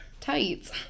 tights